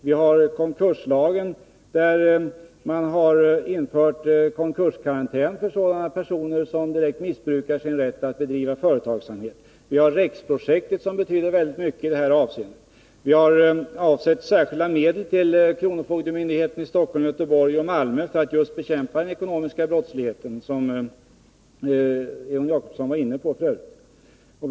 Vidare har vi konkurslagen, där det har införts en bestämmelse om konkurskarantän för personer som direkt missbrukar sin rätt att bedriva företagsamhet. Vi har också REX-projektet, som betyder väldigt mycket i det här avseendet. Särskilda medel har avsatts till kronofogdemyndigheten i Stockholm, Göteborg och Malmö för att just den ekonomiska brottsligheten skall kunna bekämpas.